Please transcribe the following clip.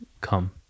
come